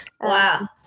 Wow